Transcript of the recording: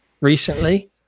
recently